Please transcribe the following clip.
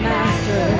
Master